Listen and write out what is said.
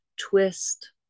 twist